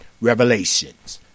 Revelations